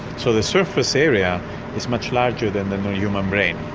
so the surface area is much larger than the human brain.